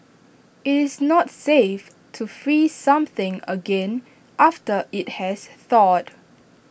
IT is not safe to freeze something again after IT has thawed